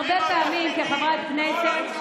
הרבה פעמים כחברת כנסת,